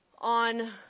On